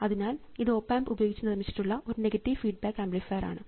അതിനാൽ ഇത് op amp ഉപയോഗിച്ച് നിർമ്മിച്ചിട്ടുള്ള ഒരു നെഗറ്റീവ് ഫീഡ്ബാക്ക് ആംപ്ലിഫയർ ആണ്